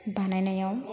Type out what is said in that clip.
बानायनायाव